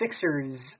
Sixers –